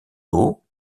eaux